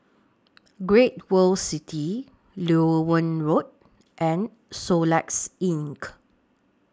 Great World City Loewen Road and Soluxe Ink